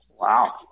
Wow